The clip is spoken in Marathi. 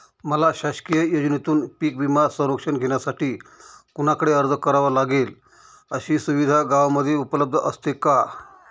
मला शासकीय योजनेतून पीक विमा संरक्षण घेण्यासाठी कुणाकडे अर्ज करावा लागेल? अशी सुविधा गावामध्ये उपलब्ध असते का?